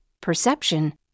perception